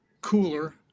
cooler